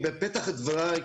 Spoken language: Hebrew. בפתח דבריי,